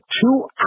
two